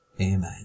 Amen